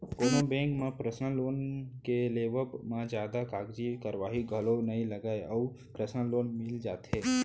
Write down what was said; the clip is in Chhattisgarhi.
कोनो बेंक म परसनल लोन के लेवब म जादा कागजी कारवाही घलौ नइ लगय अउ परसनल लोन मिल जाथे